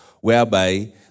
whereby